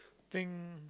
think